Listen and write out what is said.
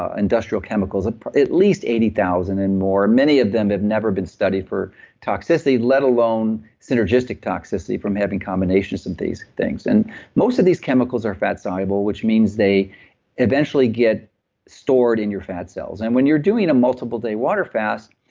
ah industrial least eighty thousand and more. many of them have never been studied for toxicity, let alone synergistic toxicity from having combinations of these things and most of these chemicals are fat soluble, which means they eventually get stored in your fat cells, and when you're doing a multiple day water fast,